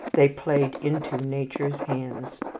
they played into nature's hands.